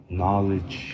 knowledge